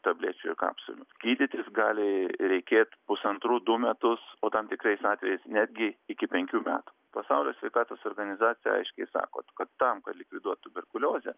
tablečių ir kapsulių gydytis gali reikėt pusantrų du metus o tam tikrais atvejais netgi iki penkių metų pasaulio sveikatos organizacija aiškiai sako kad tam kad likviduot tuberkuliozę